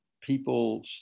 people